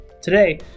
Today